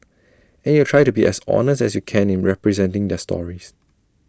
and you try to be as honest as you can in representing their stories